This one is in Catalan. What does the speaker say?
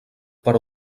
per